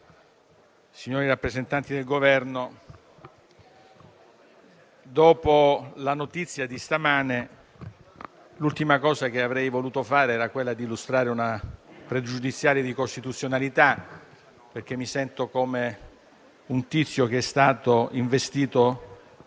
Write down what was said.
signori rappresentanti del Governo, dopo la notizia di stamane, l'ultima cosa che avrei voluto fare era quella di illustrare una pregiudiziale di costituzionalità. Mi sento infatti come un tizio che è stato investito